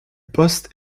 poste